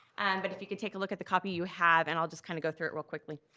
and but if you could take a look at the copy you have, and i'll just kinda go through it real quickly.